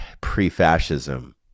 pre-fascism